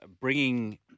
bringing